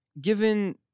given